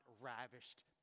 ravished